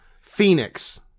phoenix